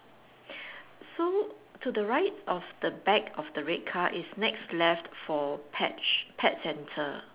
so to the right of the back of the red car is next left for pet pet center